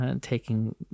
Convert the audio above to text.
taking